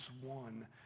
One